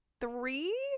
three